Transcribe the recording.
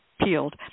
peeled